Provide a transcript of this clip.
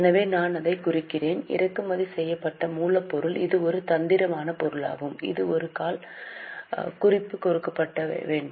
எனவே நான் அதை குறிக்கிறேன் இறக்குமதி செய்யப்பட்ட மூலப்பொருள் இது ஒரு தந்திரமான பொருளாகும் இது ஒரு கால் குறிப்பாக கொடுக்கப்பட வேண்டும்